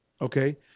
okay